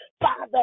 Father